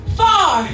far